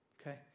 Okay